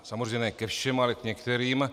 Samozřejmě ne ke všem, ale k některým.